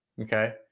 Okay